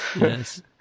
Yes